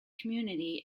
community